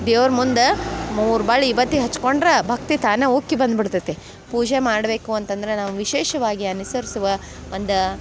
ದೇವ್ರ ಮುಂದೆ ಮೂರು ಬಳಿ ಬತ್ತಿ ಹಚ್ಕೊಂಡ್ರೆ ಭಕ್ತಿ ತಾನೇ ಉಕ್ಕಿ ಬಂದು ಬಿಡ್ತೈತಿ ಪೂಜೆ ಮಾಡಬೇಕು ಅಂತಂದ್ರೆ ನಾವು ವಿಶೇಷವಾಗಿ ಅನುಸರ್ಸುವ ಒಂದು